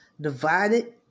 divided